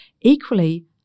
Equally